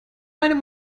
meine